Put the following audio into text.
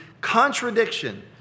contradiction